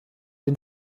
den